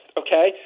okay